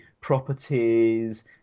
properties